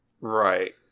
Right